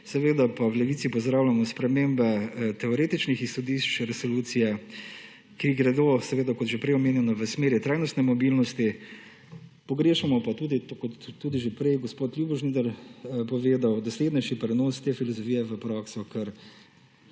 Seveda pa v Levici pozdravljamo spremembe teoretičnih izhodišč resolucije, ki gredo seveda kot že prej omenjeno v smeri trajnostne mobilnosti, pogrešamo pa tudi, kot je tudi že prej gospod Ljubo Žnidar povedal, doslednejši prenos te filozofije v prakso,